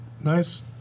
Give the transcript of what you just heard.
nice